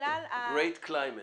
גרייט קליימט.